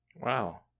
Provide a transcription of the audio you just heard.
Wow